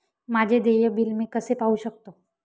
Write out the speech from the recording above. माझे देय बिल मी कसे पाहू शकतो?